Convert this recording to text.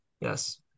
Yes